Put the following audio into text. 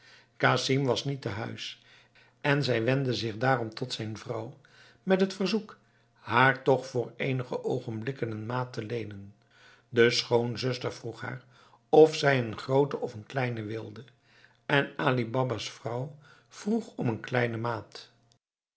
casim was niet te huis en zij wendde zich daarom tot zijn vrouw met het verzoek haar toch voor eenige oogenblikken een maat te leenen de schoonzuster vroeg haar of zij een groote of een kleine wilde en ali baba's vrouw vroeg om een kleine maat